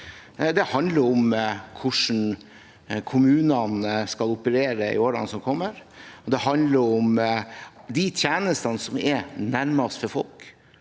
Den handler om hvordan kommunene skal operere i årene som kommer. Den handler om de tjenestene som er nærmest folk.